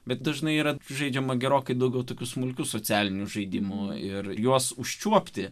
bet dažnai yra žaidžiama gerokai daugiau tokių smulkių socialiniu žaidimu ir juos užčiuopti